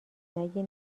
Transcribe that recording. نگی